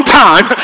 time